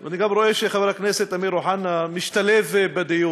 אני גם רואה שחבר הכנסת אמיר אוחנה משתלב בדיון.